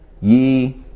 ye